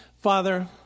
Father